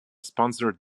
sponsored